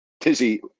Tizzy